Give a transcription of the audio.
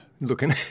Looking